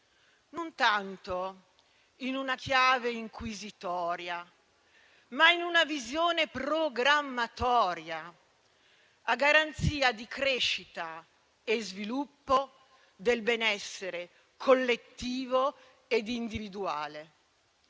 non tanto in una chiave inquisitoria, ma in una visione programmatoria, a garanzia di crescita e sviluppo, del benessere collettivo ed individuale.